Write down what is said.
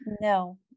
No